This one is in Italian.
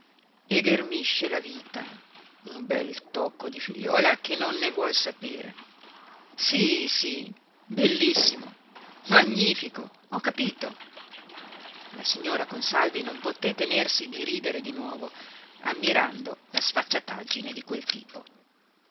e ghermisce la vita un bel tocco di figliuola che non ne vuol sapere sì sì bellissimo magnifico ho capito la signora consalvi non poté tenersi di ridere di nuovo ammirando la sfacciataggine di quel bel tipo